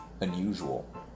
unusual